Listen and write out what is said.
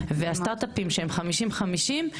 והסטארט-אפים שהם 50-50,